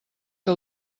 que